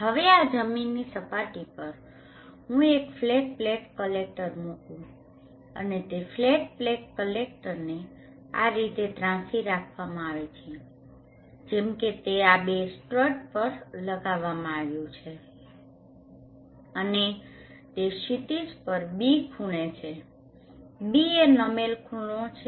હવે આ જમીનની સપાટી પર ચાલો હું એક ફ્લેટ પ્લેટ કલેક્ટર મુકું અને તે ફ્લેટ પ્લેટ કલેક્ટરને આ રીતે ત્રાંસી રાખવામાં આવે છે જેમ કે તે આ બે સ્ટ્રટ્સ પર લગાવવામાં આવ્યું છે અને તે ક્ષિતિજ પર β ખૂણે છે β એ નમેલ ખૂણો છે